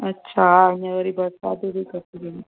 अच्छा हा हीअंर वरी बरसाति बि घटि हुई न